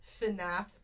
FNAF